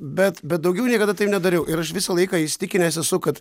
bet bet daugiau niekada taip nedariau ir aš visą laiką įsitikinęs esu kad